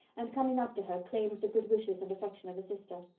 and, coming up to her, claimed the good wishes and affection of a sister.